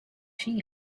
she